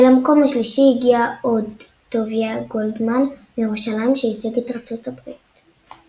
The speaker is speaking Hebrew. ולמקום השלישי הגיע עו"ד טוביה גולדמן מירושלים שייצג את ארצות הברית.